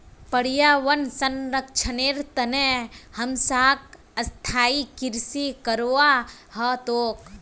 पर्यावन संरक्षनेर तने हमसाक स्थायी कृषि करवा ह तोक